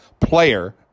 player